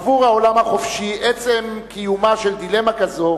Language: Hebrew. עבור העולם החופשי, עצם קיומה של דילמה כזו